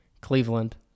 Cleveland